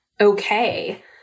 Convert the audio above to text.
okay